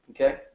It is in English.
Okay